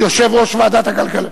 יושב-ראש ועדת הכלכלה